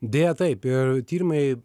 deja taip ir tyrimai